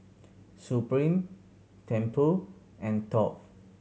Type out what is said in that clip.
Supreme Tempur and Top